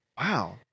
Wow